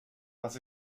was